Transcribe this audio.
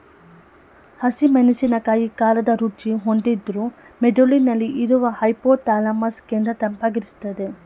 ಹಸಿ ಮೆಣಸಿನಕಾಯಿ ಖಾರದ ರುಚಿ ಹೊಂದಿದ್ರೂ ಮೆದುಳಿನಲ್ಲಿ ಇರುವ ಹೈಪೋಥಾಲಮಸ್ ಕೇಂದ್ರ ತಂಪಾಗಿರ್ಸ್ತದೆ